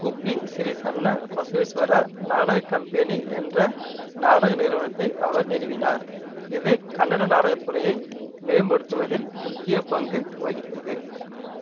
குப்பி ஸ்ரீ சன்னபசவேஸ்வரா நாடகக் கம்பெனி என்ற நாடக நிறுவனத்தை அவர் நிறுவினார் இது கன்னட நாடகத் துறையை மேம்படுத்துவதில் முக்கிய பங்கு வகித்தது